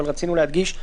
אבל רצינו להדגיש.